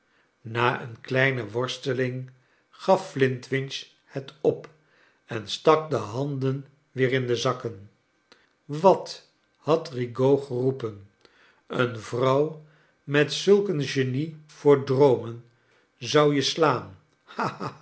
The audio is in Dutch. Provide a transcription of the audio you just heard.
na een kleine worsteling gaf flintwinch het op en stak de handen weer in de zakken wat had eigaud geroepen een vrouw met zulk een genie voor droomen zou je slaan